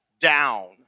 down